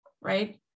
right